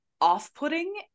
off-putting